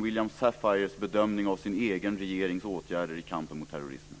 William Safires bedömning av sin egen regerings åtgärder i kampen mot terrorismen.